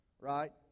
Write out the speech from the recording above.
Right